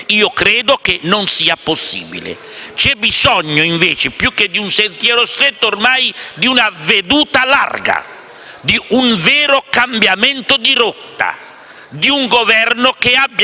Io credo che non sia possibile. C'è bisogno, invece, più che di un sentiero stretto di una veduta larga, di un vero cambiamento di rotta, di un Governo che abbia